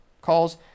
calls